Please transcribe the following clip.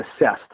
assessed